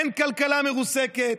אין כלכלה מרוסקת?